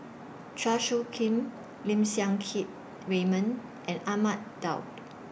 Chua Soo Khim Lim Siang Keat Raymond and Ahmad Daud